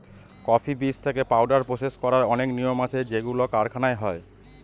coffee বীজ থেকে powder process করার অনেক নিয়ম আছে যেগুলো কারখানায় হয়